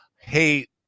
hate